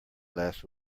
last